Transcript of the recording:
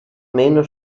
meno